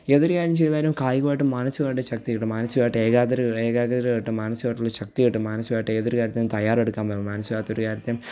ഏതൊരു കാര്യം ചെയ്താലും കായികമായിട്ടും മാനസികായിട്ടും ശക്തി കിട്ടും മാനസികായിട്ടും ഏകാദ്ര ഏകാധ്രിതമായിട്ടും മാനസികമായിട്ടുള്ള ശക്തി കിട്ടും മാനസികമായിട്ട് ഏതൊരു കാര്യത്തിനും തയ്യാറെടുക്കാന് മെ മാനസികമായിത്തൊരു കാര്യത്തിനും